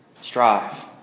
Strive